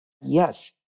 Yes